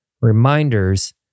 reminders